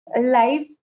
Life